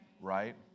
right